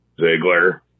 Ziegler